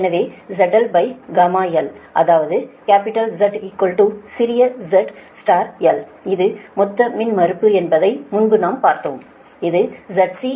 எனவே zlγl அதாவது capital Z சிறிய z l இது மொத்த மின்மறுப்பு என்பதை முன்பு நாம் பார்த்தோம் இது ZC Zyour γl